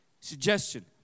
suggestion